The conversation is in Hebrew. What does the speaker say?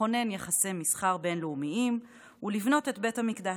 לכונן יחסי מסחר בין-לאומיים ולבנות את בית המקדש.